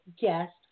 guest